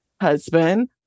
husband